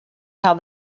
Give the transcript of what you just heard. how